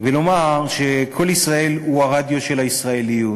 ולומר ש"קול ישראל" הוא הרדיו של הישראליות,